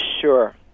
Sure